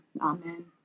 amen